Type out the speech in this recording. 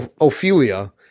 Ophelia